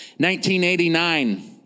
1989